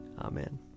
Amen